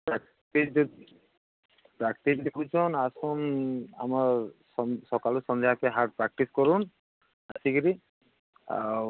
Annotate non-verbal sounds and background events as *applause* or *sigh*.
practice *unintelligible* practice ଯଦି କରୁଛନ୍ତି ଆସନ୍ତୁ ଆମର ସକାଳୁ ସନ୍ଧ୍ୟା ହାର୍ଡ୍ ପ୍ରାକ୍ଟିସ୍ କରନ୍ତୁ ଆସିକରି ଆଉ